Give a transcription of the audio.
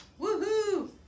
Woohoo